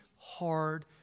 hard